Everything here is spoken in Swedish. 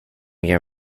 gör